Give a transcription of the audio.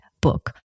book